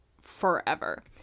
forever